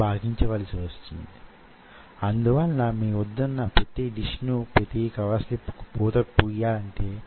MEMS వాడేటప్పుడు దానితో అనుబంధం వున్న మమేకమైన వొక జీవశాస్త్ర భాగము వున్నది